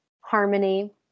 Harmony